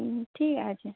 হুম ঠিক আছে